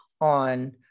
on